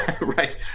Right